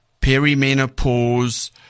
perimenopause